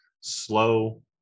slow